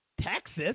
Texas